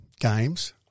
games